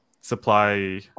supply